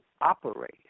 operate